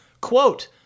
Quote